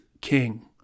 king